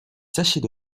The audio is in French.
sachets